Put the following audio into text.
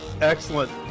excellent